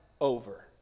over